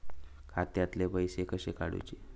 खात्यातले पैसे कसे काडूचे?